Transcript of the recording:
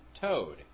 toad